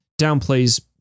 downplays